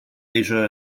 asia